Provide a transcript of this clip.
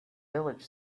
village